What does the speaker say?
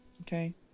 Okay